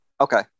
Okay